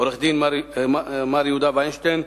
עורך-הדין יהודה וינשטיין,